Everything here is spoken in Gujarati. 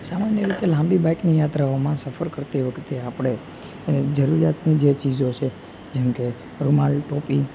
સામાન્ય રીતે લાંબી બાઈકની યાત્રાઓમાં સફર કરતી વખતે આપણે જરૂરીયાતની જે ચીજો છે જેમકે રૂમાલ ટોપી